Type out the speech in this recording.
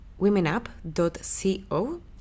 womenup.co